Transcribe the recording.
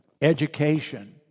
education